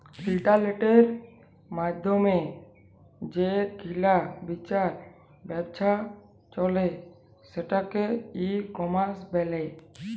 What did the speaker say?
ইলটারলেটের মাইধ্যমে যে কিলা বিচার ব্যাবছা চলে সেটকে ই কমার্স ব্যলে